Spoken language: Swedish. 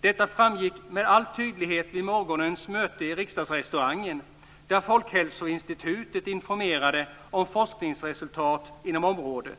Detta framgick med all tydlighet vid morgonens möte i Riksdagsrestaurangen, där Folkhälsoinstitutet informerade om forskningsresultat inom området.